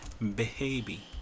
baby